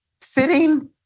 sitting